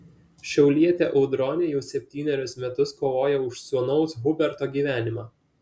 šiaulietė audronė jau septynerius metus kovoja už sūnaus huberto gyvenimą